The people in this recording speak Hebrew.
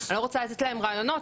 אני לא רוצה לתת להם רעיונות,